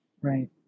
right